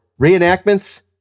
reenactments